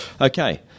okay